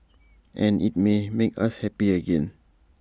and IT may even make us happy again